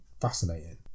fascinating